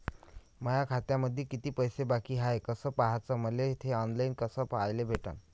माया खात्यामंधी किती पैसा बाकी हाय कस पाह्याच, मले थे ऑनलाईन कस पाह्याले भेटन?